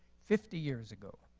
fifty years ago.